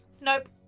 Nope